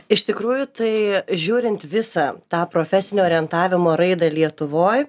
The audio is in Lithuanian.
iš tikrųjų tai žiūrint visą tą profesinio orientavimo raidą lietuvoj